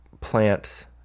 plants